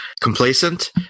complacent